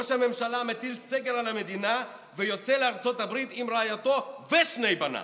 ראש הממשלה מטיל סגר על המדינה ויוצא לארצות הברית עם רעייתו ושני בניו.